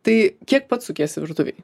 tai kiek pats sukiesi virtuvėj